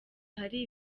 hari